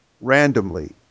randomly